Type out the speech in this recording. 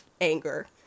anger